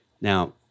Now